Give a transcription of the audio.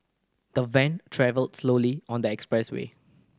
the van travelled slowly on the expressway